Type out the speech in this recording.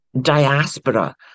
diaspora